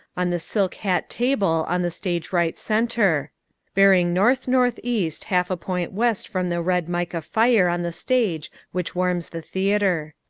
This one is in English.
on the silk hat table on the stage right center bearing north, northeast, half a point west from the red mica fire on the stage which warms the theater.